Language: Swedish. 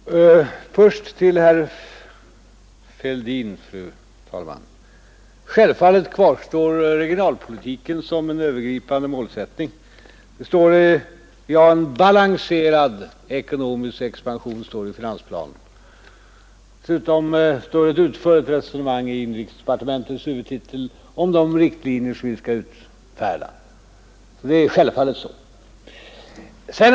Fru talman! Först vill jag säga till herr Fälldin att regionalpolitiken självfallet kvarstår som en övergripande målsättning. En balanserad ekonomisk expansion, står det i finansplanen. Dessutom finns det ett utförligt resonemang under inrikesdepartementets huvudtitel om de riktlinjer som vi skall utfärda.